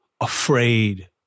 afraid